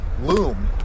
loom